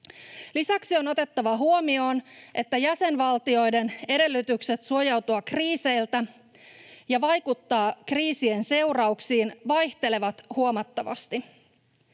Lisäksi on otettava huomioon, että jäsenvaltioiden edellytykset suojautua kriiseiltä ja vaikuttaa kriisien seurauksiin vaihtelevat huomattavasti.